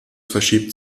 verschiebt